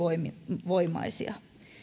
ylivoimaisia